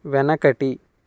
వెనకటి